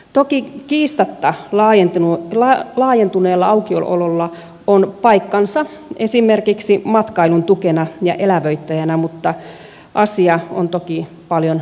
toki laajentuneella aukiololla on kiistatta paikkansa esimerkiksi matkailun tukena ja elävöittäjänä mutta asia on toki paljon monitahoisempi